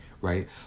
right